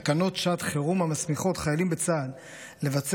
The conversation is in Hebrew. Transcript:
התקינה הממשלה תקנות שעת חירום המסמיכות חיילים בצה"ל לבצע